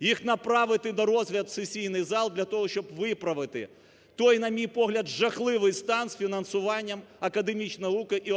їх направити на розгляд у сесійний зал для того, щоб виправити той, на мій погляд, жахливий стан з фінансуванням академічної науки і